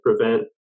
prevent